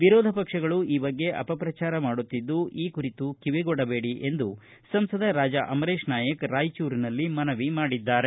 ವಿರೋಧ ಪಕ್ಷಗಳು ಈ ಬಗ್ಗೆ ಅಪಪ್ರಚಾರ ಮಾಡುತ್ತಿದ್ದು ಈ ಕುರಿತು ಕಿವಿಗೊಡಬೇಡಿ ಎಂದು ಸಂಸದ ರಾಜಾ ಅಮರೇಶ್ ನಾಯಕ್ ರಾಯಚೂರಿನಲ್ಲಿ ಮನವಿ ಮಾಡಿದ್ದಾರೆ